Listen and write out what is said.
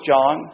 John